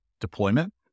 deployment